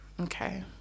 Okay